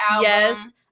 Yes